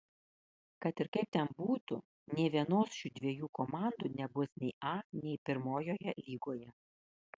kad ir kaip ten būtų nė vienos šių dviejų komandų nebus nei a nei pirmojoje lygoje